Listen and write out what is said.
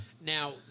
Now